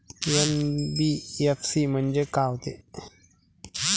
NBFC म्हणजे का होते?